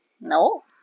No